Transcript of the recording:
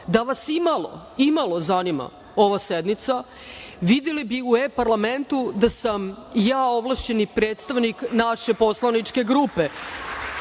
da vas imalo, imalo zanima ova sednica, videli bi u e–parlamentu da sam ja ovlašćeni predstavnik naše poslaničke grupe,